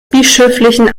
bischöflichen